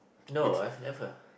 no I've never